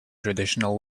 traditional